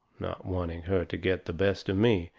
not wanting her to get the best of me,